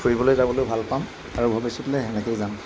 ফুৰিবলৈ যাবলৈ ভাল পাম আৰু ভৱিষ্যতলৈ সেনেকৈয়ে যাম